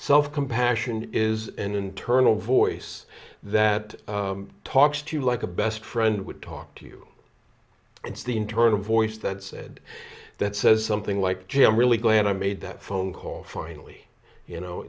self compassion is an internal voice that talks to you like a best friend would talk to you it's the internal voice that said that says something like jim really glad i made that phone call finally you know